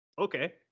okay